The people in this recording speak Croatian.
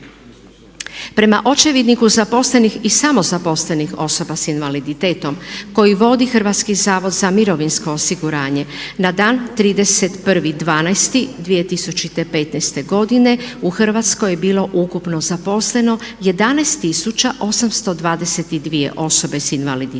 Prema očevidniku zaposlenih i samozaposlenih osoba s invaliditetom koji vodi Hrvatski zavod za mirovinsko osiguranje na dan 31.12.2015. godine u Hrvatskoj je bilo ukupno zaposleno 11 822 osobe s invaliditetom,